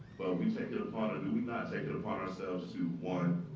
but we take it upon our do we not take it upon ourselves to, one,